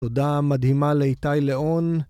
תודה מדהימה לאיתי ליאון